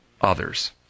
others